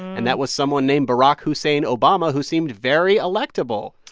and that was someone named barack hussein obama, who seemed very electable.